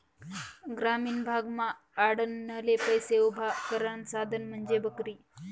ग्रामीण भागमा आडनडले पैसा उभा करानं साधन म्हंजी बकरी